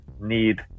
need